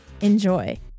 Enjoy